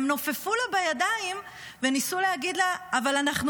הם נופפו לה בידיים וניסו להגיד לה: אבל אנחנו